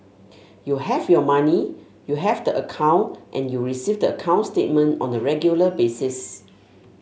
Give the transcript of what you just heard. you have your money you have the account and you receive the account statement on a regular basis